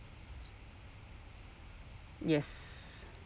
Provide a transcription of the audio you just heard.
yes